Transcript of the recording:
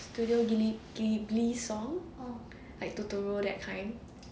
studio ghibli ghibli song like tutorials that kind